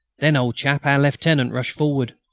then, old chap, our lieutenant rushed forward.